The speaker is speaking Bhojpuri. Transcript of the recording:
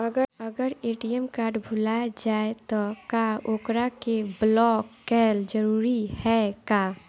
अगर ए.टी.एम कार्ड भूला जाए त का ओकरा के बलौक कैल जरूरी है का?